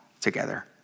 together